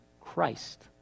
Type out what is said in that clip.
Christ